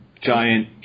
Giant